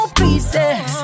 pieces